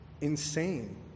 insane